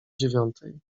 dziewiątej